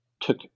took